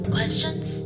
Questions